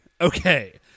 Okay